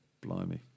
Blimey